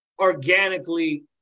organically